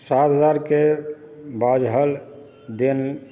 सात हजारक बाझल देनदारीक